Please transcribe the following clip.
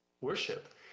worship